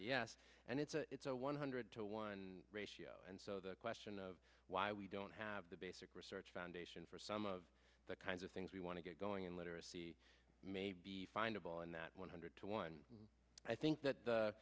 yes and it's a one hundred to one ratio and so the question of why we don't have the basic research foundation for some of the kinds of things we want to get going and literacy maybe find a ball in that one hundred to one and i think that